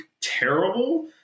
terrible